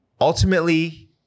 ultimately